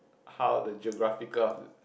how the geographical of